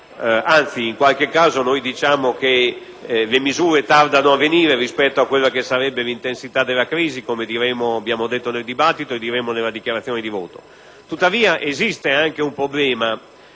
anzi, in qualche caso le misure tardano a venire rispetto a quella che sarebbe l'intensità della crisi, come abbiamo detto nel dibattito e diremo nella dichiarazione di voto